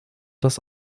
das